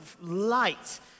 light